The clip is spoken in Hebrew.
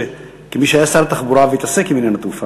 כמי שהיה שר התחבורה והתעסק עם עניין התעופה: